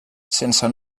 sense